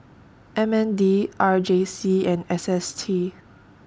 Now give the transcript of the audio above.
M N D R J C and S S T